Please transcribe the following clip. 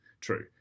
true